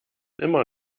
immer